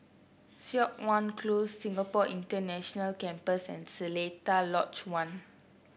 Siok Wan Close Singapore International Campus and Seletar Lodge One